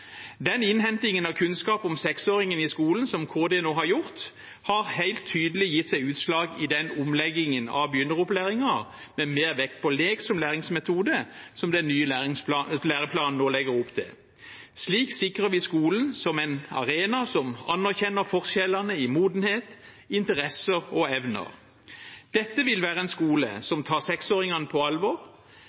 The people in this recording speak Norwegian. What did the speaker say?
Den innhentingen av kunnskap om seksåringene i skolen som Kunnskapsdepartementet nå har gjort, har helt tydelig gitt seg utslag i omleggingen av begynneropplæringen med mer vekt på lek som læringsmetode, som den nye læreplanen nå legger opp til. Slik sikrer vi skolen som en arena som anerkjenner forskjellene i modenhet, interesser og evner. Dette vil være en skole som tar seksåringene på alvor.